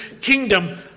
kingdom